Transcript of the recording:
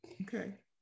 Okay